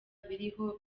biriho